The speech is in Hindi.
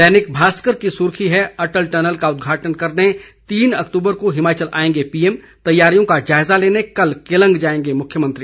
दैनिक भास्कर की सुर्खी है अटल टनल का उद्घाटन करने तीन अक्तूबर को हिमाचल आएंगे पीएम तैयारियों का जायजा लेने कल केलंग जाएंगे मुख्यमंत्री